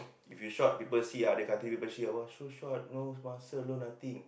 if you short people see ah [wah] so short no muscle no nothing